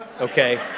okay